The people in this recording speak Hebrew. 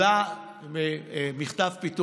חברת הכנסת שאשא ביטון קיבלה מכתב פיטורים.